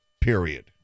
period